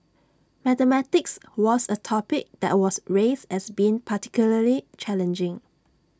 mathematics was A topic that was raised as being particularly challenging